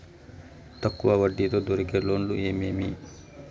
తక్కువ వడ్డీ తో దొరికే లోన్లు ఏమేమి